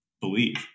believe